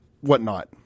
whatnot